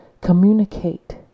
communicate